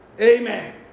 Amen